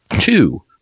Two